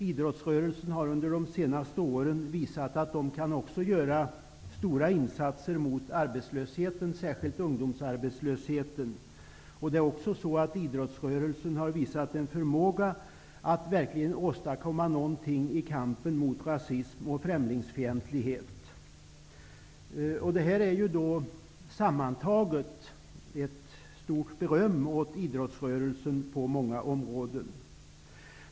Idrottsrörelsen har under de senaste åren visat att också den kan göra stora insatser mot arbetslösheten, särskilt ungdomsarbetslösheten. Idrottsrörelsen har också visat en förmåga att åstadkomma något i kampen mot rasism och främlingsfientlighet. Det här utgör sammantaget ett stort beröm åt idrottsrörelsen på många områden.